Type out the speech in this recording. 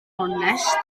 onest